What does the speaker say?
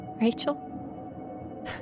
Rachel